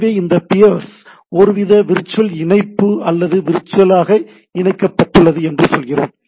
எனவே இந்த பியர்ஸ் ஒருவித விர்ட்சுவல் இணைப்பு அல்லது விர்ட்சுவலாக இணைக்கப்பட்டுள்ளது என்று சொல்கிறோம்